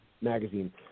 magazine